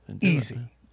Easy